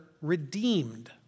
redeemed